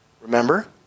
Remember